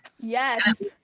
Yes